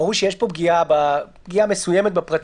ברור שיש פה פגיעה מסוימת בפרטיות.